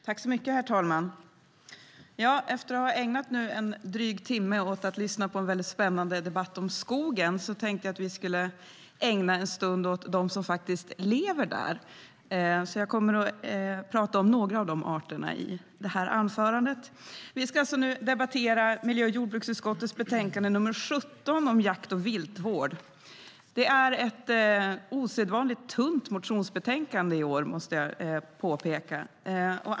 Herr talman! Efter att ha ägnat en dryg timme till att lyssna på en väldigt spännande debatt om skogen tänkte jag att vi skulle ägna en stund åt dem som faktiskt lever där. Jag kommer att tala om några av de arterna i anförandet. Vi ska nu debattera miljö och jordbruksutskottets betänkande nr 17 om jakt och viltvård. Det är ett osedvanligt tunt motionsbetänkande i år, måste jag påpeka.